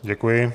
Děkuji.